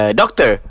doctor